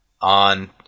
on